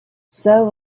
saul